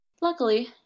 Luckily